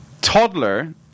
Toddler